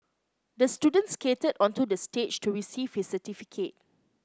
the student skated onto the stage to receive his certificate